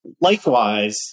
Likewise